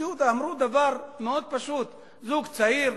אמרו דבר פשוט מאוד: זוג צעיר,